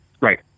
Right